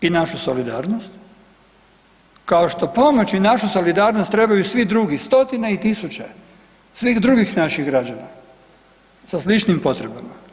i našu solidarnost kao što pomoć i našu solidarnost trebaju svi drugi, stotine i tisuće svih drugih naših građana sa sličnim potrebama.